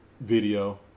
video